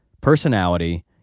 personality